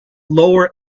lower